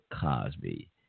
Cosby